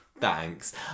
Thanks